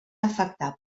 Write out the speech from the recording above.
afectar